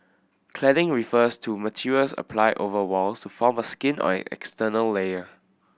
cladding refers to materials applied over walls to form a skin or an external layer